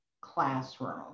classroom